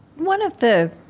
one of the